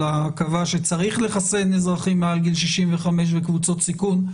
אלא קבע שצריך לחסן אזרחים מעל גיל 65 וקבוצות סיכון.